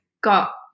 got